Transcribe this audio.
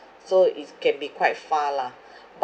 so it can be quite far lah